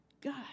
God